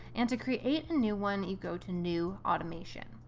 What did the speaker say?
and to create a new one, you go to new automation.